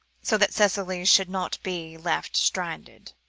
so that cicely should not be left stranded.